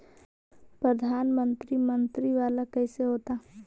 प्रधानमंत्री मंत्री वाला कैसे होता?